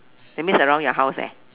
that means around your house eh